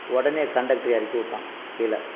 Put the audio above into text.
உடனே கண்டெக்டரு இறக்கிவுட்டான் கீழே